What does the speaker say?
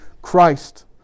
Christ